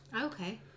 Okay